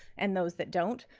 and those that don't,